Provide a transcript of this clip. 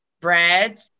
bread